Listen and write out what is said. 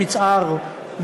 למצער,